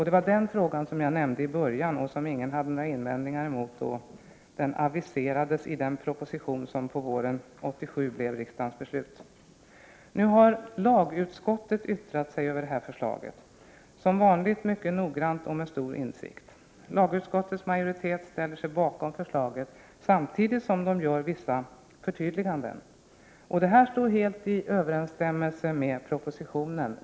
Det var den frågan som jag nämnde i början av mitt anförande och vilken ingen hade någon invändning mot då den aviserades i den proposition som våren 1987 låg till grund för riksdagens beslut. Lagutskottet har nu, som vanligt med stor noggrannhet och insikt, yttrat sig över detta förslag. Lagutskottets majoritet ställer sig bakom förslaget samtidigt som man gör vissa förtydliganden. Detta är helt i överensstämmelse med propositionen.